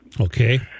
Okay